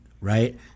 right